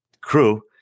crew